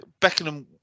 Beckham